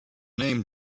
name